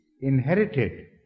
inherited